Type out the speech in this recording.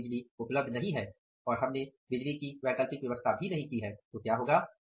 अगर बिजली उपलब्ध नहीं है और हमने बिजली की वैकल्पिक व्यवस्था भी नहीं की है तो क्या होगा